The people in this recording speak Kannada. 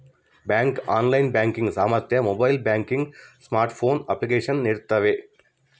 ಬ್ಯಾಂಕು ಆನ್ಲೈನ್ ಬ್ಯಾಂಕಿಂಗ್ ಸಾಮರ್ಥ್ಯ ಮೊಬೈಲ್ ಬ್ಯಾಂಕಿಂಗ್ ಸ್ಮಾರ್ಟ್ಫೋನ್ ಅಪ್ಲಿಕೇಶನ್ ನೀಡ್ತವೆ